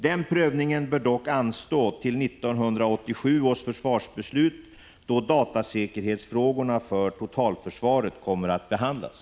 Den prövningen bör dock anstå till 1987 års försvarsbeslut, då datasäkerhetsfrågorna för totalförsvaret kommer att behandlas.